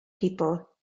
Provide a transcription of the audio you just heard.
people